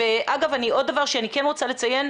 אגב, עוד דבר שאני כן רוצה לציין.